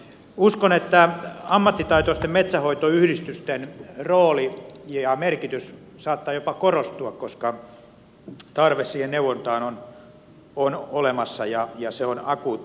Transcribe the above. uskon että ammattitaitoisten metsänhoitoyhdistysten rooli ja merkitys saattaa jopa korostua koska tarve siihen neuvontaan on olemassa ja se on akuutti